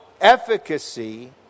efficacy